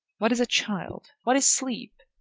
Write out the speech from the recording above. what is a child? what is sleep?